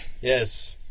Yes